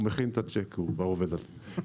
הוא מכין את הצ'ק, הוא כבר עובד על זה.